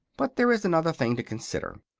but there is another thing to consider.